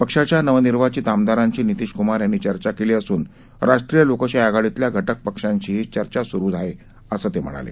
पक्षाच्या नवनिर्वाचित आमदारांशी नितिश कुमार यांनी चर्चा केली असून राष्ट्रीय लोकशाही आघाडीतल्या घटक पक्षांशीही चर्चा सुरु आहे असं ते म्हणाले